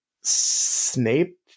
Snape